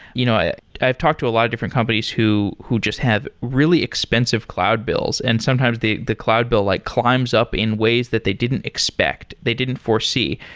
you know i've talked to a lot of different companies who who just have really expensive cloud bills and sometimes the the cloud bill like climbs up in ways that they didn't expect, they didn't foresee.